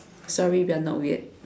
sorry we are not weird